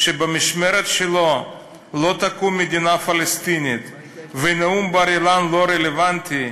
שבמשמרת שלו לא תקום מדינה פלסטינית ונאום בר-אילן לא רלוונטי,